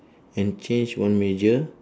and change one major